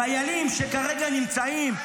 חיילים שכרגע נמצאים,